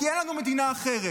כי אין לנו מדינה אחרת.